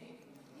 אני?